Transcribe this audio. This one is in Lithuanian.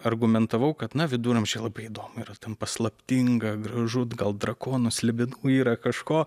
argumentavau kad na viduramžiai labai įdomu yra ten paslaptinga gražu gal drakonas slibinų yra kažko